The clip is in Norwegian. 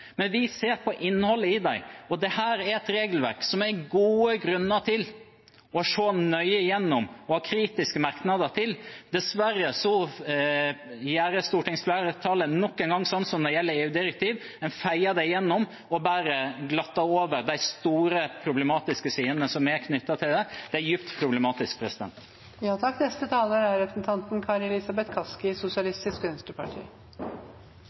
men vi ser på innholdet i dem, og dette er et regelverk det er gode grunner til å se nøye gjennom og ha kritiske merknader til. Dessverre gjør stortingsflertallet nok en gang det samme når det gjelder EU-direktiv: En feier det gjennom og bare glatter over de store problematiske sidene som er knyttet til det. Det er dypt problematisk.